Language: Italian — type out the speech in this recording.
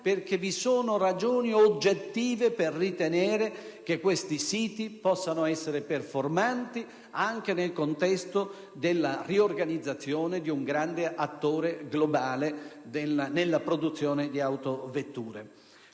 perché vi sono ragioni oggettive per ritenere che questi siti possano essere performanti, anche nel contesto della riorganizzazione di un grande attore globale nella produzione di autovetture.